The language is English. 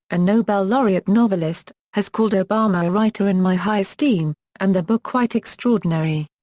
a nobel laureate novelist, has called obama a writer in my high esteem and the book quite extraordinary.